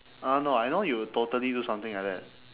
I don't know I know you will totally do something like that